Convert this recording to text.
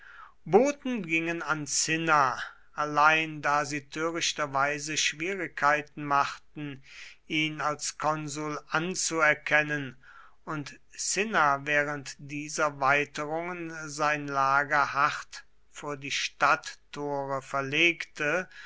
boten gingen an cinna allein da sie törichterweise schwierigkeiten machten ihn als konsul anzuerkennen und cinna während dieser weiterungen sein lager hart vor die stadttore verlegte